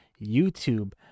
YouTube